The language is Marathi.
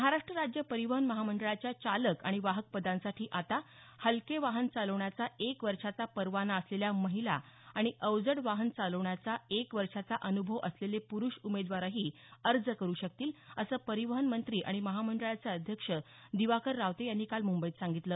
महाराष्ट राज्य परिवहन महामंडळाच्या चालक आणि वाहक पदांसाठी आता हलके वाहन चालवण्याचा एक वर्षाचा परवाना असलेल्या महिला आणि अवजड वाहन चालवण्याचा एक वर्षाचा अन्भव असलेले प्रूष उमेदवारही अर्ज करु शकतील असं परिवहन मंत्री आणि महामंडळाचे अध्यक्ष दिवाकर रावते यांनी काल मुंबईत सांगितलं